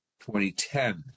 2010